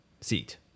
seat